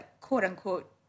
quote-unquote